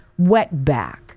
wetback